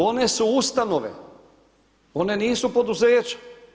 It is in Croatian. One su ustanove, one nisu poduzeća.